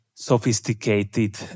sophisticated